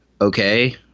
okay